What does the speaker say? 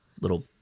little